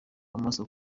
amaso